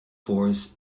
force